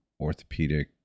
orthopedic